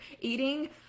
eating